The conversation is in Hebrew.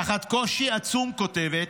תחת קושי עצום, היא כותבת,